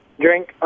drink